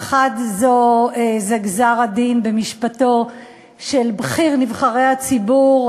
האחת זה גזר-הדין במשפטו של בכיר נבחרי הציבור,